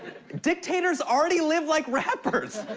dictators already live like rappers.